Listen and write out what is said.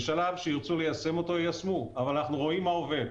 בשלב שירצו ליישם אותו יישמו אבל אנחנו יודעים מה עובד,